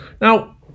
now